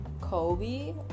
kobe